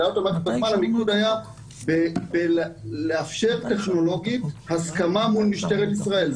המיקוד היה בלאפשר טכנולוגית הסכמה מול משטרת ישראל,